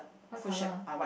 white color